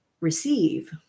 receive